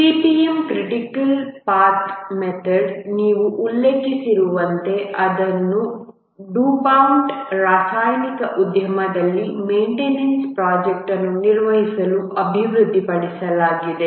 CPM critical path method ನೀವು ಉಲ್ಲೇಖಿಸುತ್ತಿರುವಂತೆ ಇದನ್ನು ಡುಪಾಂಟ್ನಲ್ಲಿ ರಾಸಾಯನಿಕ ಉದ್ಯಮದಲ್ಲಿ ಮೈಂಟೆನನ್ಸ್ ಪ್ರೊಜೆಕ್ಟ್ ಅನ್ನು ನಿರ್ವಹಿಸಲು ಅಭಿವೃದ್ಧಿಪಡಿಸಲಾಗಿದೆ